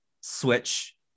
switch